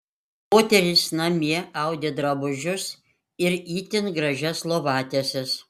moterys namie audė drabužius ir itin gražias lovatieses